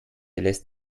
lässt